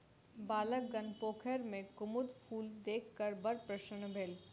बालकगण पोखैर में कुमुद फूल देख क बड़ प्रसन्न भेल